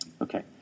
Okay